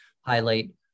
highlight